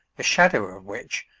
the shadow of which,